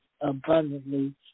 abundantly